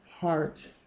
Heart